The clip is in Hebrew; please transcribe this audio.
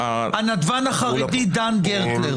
תגדירי לי קבוצה.